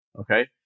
Okay